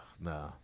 Nah